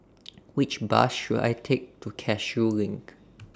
Which Bus should I Take to Cashew LINK